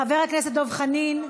חבר הכנסת דב חנין.